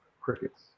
Crickets